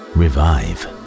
revive